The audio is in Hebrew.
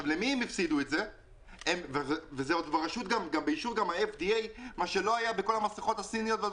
יש להם אישור של FDA, מה שלא היה במסכות הסיניות.